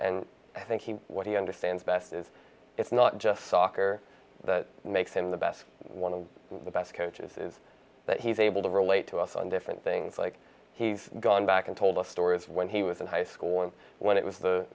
and i think what he understands best is it's not just soccer that makes him the best one of the best coaches but he's able to relate to us on different things like he's gone back and told us stories when he was in high school and when it was the